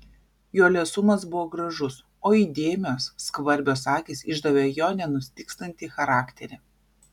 jo liesumas buvo gražus o įdėmios skvarbios akys išdavė jo nenustygstantį charakterį